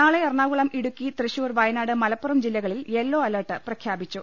നാളെ എറണാകുളം ഇടുക്കി തൃശൂർ വ്യനാട് മലപ്പുറം ജില്ലകളിൽ yellow alert പ്രഖ്യാപിച്ചു